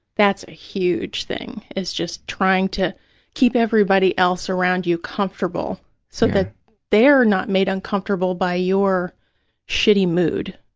that's a huge thing, is just trying to keep everybody else around you comfortable so that they're not made uncomfortable by your shitty mood.